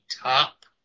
top